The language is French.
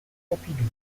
pompidou